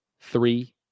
Three